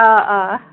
آ آ